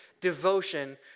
devotion